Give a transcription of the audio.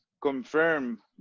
confirm